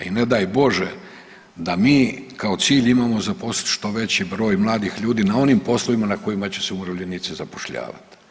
I ne daj Bože da mi kao cilj imamo zaposliti što veći broj mladih ljudi na onim poslovima na kojima će se umirovljenici zapošljavat.